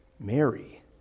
mary